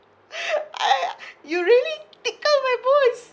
I you really tickle my bones